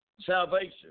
salvation